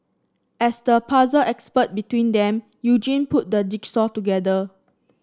as the puzzle expert between them Eugene put the jigsaw together